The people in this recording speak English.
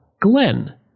Glenn